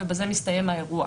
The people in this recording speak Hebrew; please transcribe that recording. ובזה מסתיים האירוע.